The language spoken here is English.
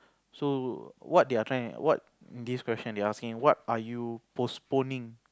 so what they are trying what this question they asking what are you postponing